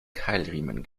keilriemen